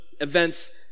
events